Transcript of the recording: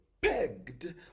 pegged